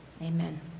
Amen